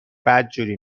بدجوری